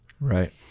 Right